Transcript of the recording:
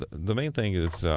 the main thing is,